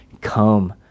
Come